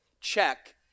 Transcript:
check